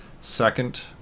second